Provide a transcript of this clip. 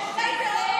תומכי טרור